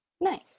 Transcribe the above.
Nice